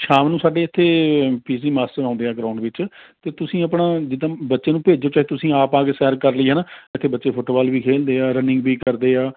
ਸ਼ਾਮ ਨੂੰ ਸਾਡੇ ਇੱਥੇ ਪੀ ਟੀ ਮਾਸਟਰ ਆਉਂਦੇ ਹੈ ਗਰਾਊਂਡ ਵਿੱਚ ਅਤੇ ਤੁਸੀਂ ਆਪਣਾ ਜਿੱਦਾਂ ਬੱਚੇ ਨੂੰ ਭੇਜੋ ਚਾਹੇ ਤੁਸੀਂ ਆਪ ਆ ਕੇ ਸੈਰ ਕਰ ਲਈ ਹੈ ਨਾ ਇੱਥੇ ਬੱਚੇ ਫੁੱਟਬਾਲ ਵੀ ਖੇਡਦੇੇ ਹੈ ਰਨਿੰਗ ਵੀ ਕਰਦੇ ਹੈ